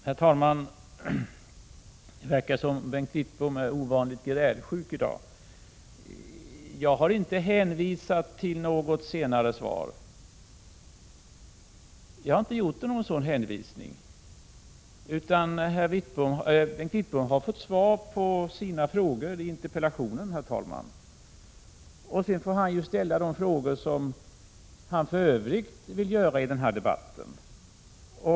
Herr talman! Det verkar som om Bengt Wittbom är ovanligt grälsjuk i dag. Jag har inte hänvisat till något senare svar, utan Bengt Wittbom har fått svar på de frågor som han har ställt i sin interpellation. Sedan får Bengt Wittbom ställa de frågor som han för övrigt vill ställa i den här debatten.